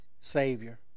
Savior